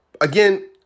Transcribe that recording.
again